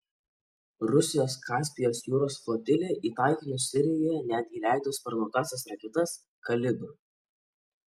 rusijos kaspijos jūros flotilė į taikinius sirijoje netgi leido sparnuotąsias raketas kalibr